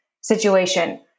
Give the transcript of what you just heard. situation